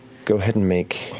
go ahead and make,